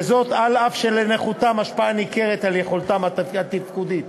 וזאת אף שלנכותם השפעה ניכרת על יכולתם התפקודית.